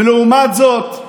ולעומת זאת,